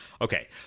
okay